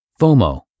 FOMO